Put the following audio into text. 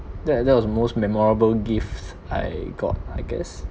that that was the most memorable gift I got I guess